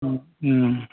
Om Om